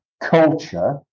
Culture